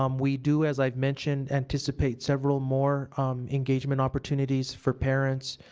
um we do, as i've mentioned, anticipate several more engagement opportunities for parents,